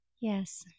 Yes